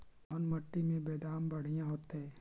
कोन मट्टी में बेदाम बढ़िया होतै?